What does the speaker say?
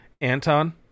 Anton